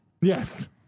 Yes